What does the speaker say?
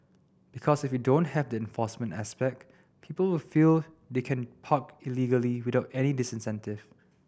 because if you don't have the enforcement aspect people will feel they can park illegally without any disincentive